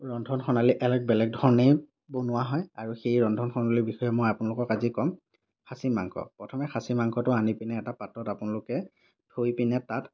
ৰন্ধন প্ৰণালী বেলেগ বেলেগ ধৰণেই বনোৱা হয় আৰু সেই ৰন্ধন প্ৰণালীৰ বিষয়ে মই আপোনালোকক আজি ক'ম খাচী মাংস প্ৰথমে খাচী মাংসটো আনি পিনে এটা পাত্ৰত আপোনালোকে থৈ পিনে তাত